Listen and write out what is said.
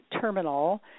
terminal